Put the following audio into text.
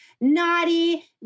naughty